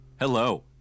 Hello